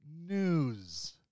news